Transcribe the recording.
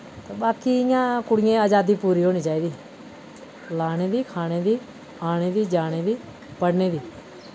बाकी इ'यां कुड़ियें अजादी पूरी होनी चाहिदी लाने दी खाने दी आने दी जाने दी पढ़ने दी